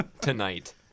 tonight